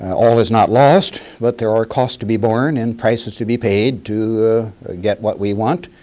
all is not lost, but there are costs to be borne and prices to be paid to get what we want,